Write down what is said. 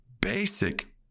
basic